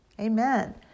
Amen